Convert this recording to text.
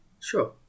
Sure